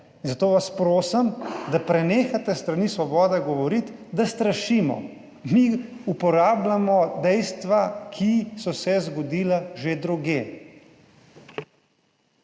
zato vas prosim, da prenehate s strani Svobode govoriti, da strašimo. Mi uporabljamo dejstva, ki so se zgodila že drugje.